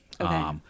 Okay